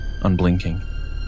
unblinking